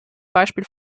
beispiel